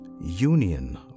union